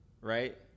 right